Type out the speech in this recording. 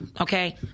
okay